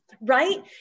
right